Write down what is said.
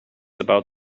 about